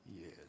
Yes